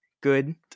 Good